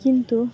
କିନ୍ତୁ